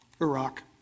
Iraq